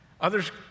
Others